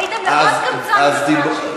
היית מאוד קמצן בזמן שלי.